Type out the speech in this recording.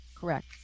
Correct